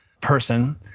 person